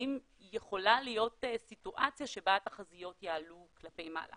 האם יכולה להיות סיטואציה שבה התחזיות יעלו כלפי מעלה